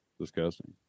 Disgusting